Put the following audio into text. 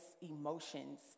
emotions